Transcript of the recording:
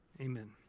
Amen